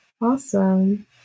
awesome